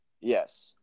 Yes